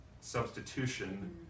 substitution